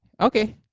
okay